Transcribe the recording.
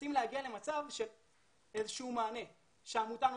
מנסים לתת איזשהו מענה מצד העמותה,